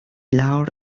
lawr